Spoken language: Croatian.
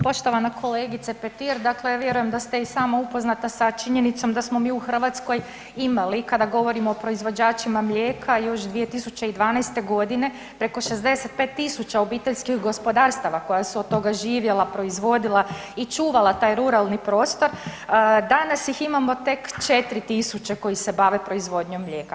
Poštovana kolegice Petir, dakle vjerujem da ste i sama upoznata sa činjenicom da smo mi u Hrvatskoj imali kada govorimo o proizvođačima mlijeka još 2012. g., preko 65 000 obiteljskih gospodarstava koja su od toga živjela, proizvodila i čuvala taj ruralni prostor, danas ih imamo tek 4000 koji se bave proizvodnjom mlijeka.